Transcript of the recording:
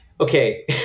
Okay